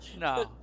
No